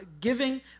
giving